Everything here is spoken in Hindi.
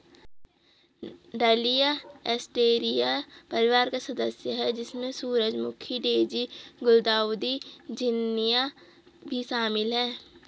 डहलिया एस्टेरेसिया परिवार का सदस्य है, जिसमें सूरजमुखी, डेज़ी, गुलदाउदी, झिननिया भी शामिल है